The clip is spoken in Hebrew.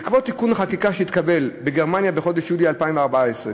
בעקבות תיקון חקיקה שהתקבל בגרמניה בחודש יולי 2014,